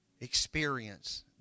experience